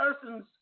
person's